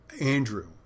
Andrew